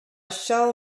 shall